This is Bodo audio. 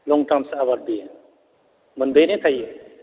लं टार्मस आबाद बेयो मोनबायानो थायो